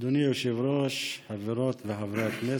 אדוני היושב-ראש, חברות וחברי הכנסת,